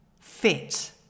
fit